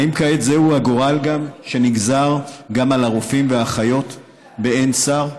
האם כעת זהו הגורל שנגזר גם על הרופאים והאחיות באין שר?